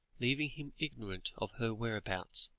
leaving him ignorant of her whereabouts,